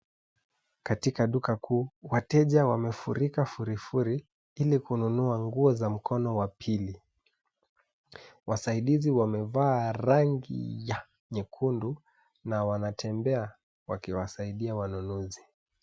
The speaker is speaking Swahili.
Katika duka kuu, wateja wamefurika furifuri, ili kununua nguo za mkono wa pili. Wasaidizi wamevaa rangi ya nyekundu na wanatembea wakiwasaidia wanunuzi